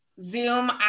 Zoom